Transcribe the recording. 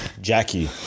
Jackie